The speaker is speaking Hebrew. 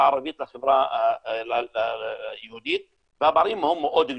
הערבית לחברה היהודית והפערים היו מאוד גדולים.